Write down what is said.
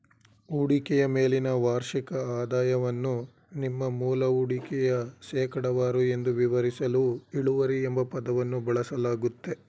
ಹೂಡಿಕೆಯ ಮೇಲಿನ ವಾರ್ಷಿಕ ಆದಾಯವನ್ನು ನಿಮ್ಮ ಮೂಲ ಹೂಡಿಕೆಯ ಶೇಕಡವಾರು ಎಂದು ವಿವರಿಸಲು ಇಳುವರಿ ಎಂಬ ಪದವನ್ನು ಬಳಸಲಾಗುತ್ತೆ